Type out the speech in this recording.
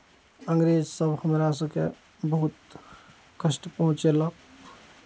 अंग्रेज सभ हमरा सभकेँ बहुत कष्ट पहुँचयलक